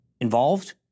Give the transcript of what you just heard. involved